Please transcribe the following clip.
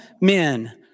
men